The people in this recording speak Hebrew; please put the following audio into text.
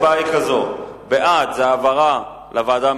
ההצבעה היא כזו: בעד זה העברה לוועדה המשותפת,